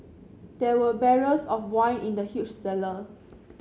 there were barrels of wine in the huge cellar